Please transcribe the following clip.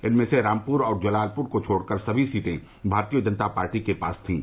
इनमें से रामपुर और जलालपुर को छोड़कर सभी सीटें भारतीय जनता पार्टी के पास थीं